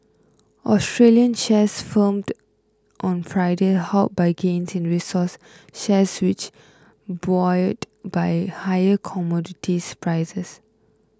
Australian shares firmed on Friday helped by gains in resources shares which were buoyed by higher commodities prices